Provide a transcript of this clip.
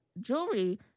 jewelry